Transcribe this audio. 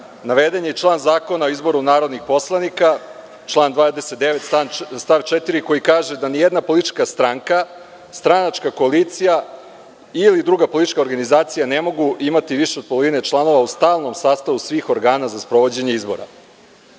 naveden je član Zakona o izboru narodnih poslanika, član 29. stav 4, koji kaže da ni jedna politička stranka, stranačka koalicija ili druga politička organizacija ne mogu imati više od polovine članova u stalnom sastavu svih organa za sprovođenje